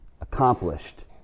accomplished